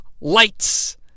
lights